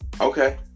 Okay